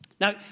Now